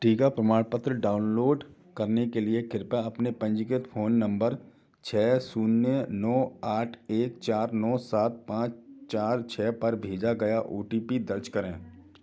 टीका प्रमाणपत्र डाउनलोड करने के लिए कृपया आपके पंजीकृत फ़ोन नम्बर छः शून्य नौ आठ एक चार नौ सात पाँच चार छः पर भेजा गया ओ टी पी दर्ज करें